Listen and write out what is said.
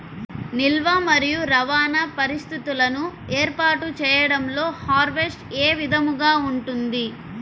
నిల్వ మరియు రవాణా పరిస్థితులను ఏర్పాటు చేయడంలో హార్వెస్ట్ ఏ విధముగా ఉంటుంది?